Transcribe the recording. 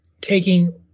taking